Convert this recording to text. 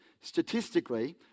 statistically